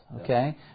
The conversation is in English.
okay